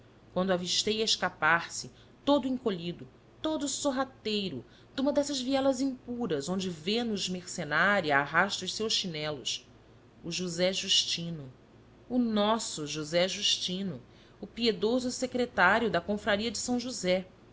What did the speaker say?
quando avistei a escapar-se todo encolhido todo sorrateiro de uma dessas vielas impuras onde vênus mercenária arrasta os seus chinelos o josé justino o nosso josé justino o piedoso secretário da confraria de são josé